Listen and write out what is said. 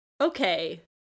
Okay